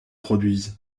produisent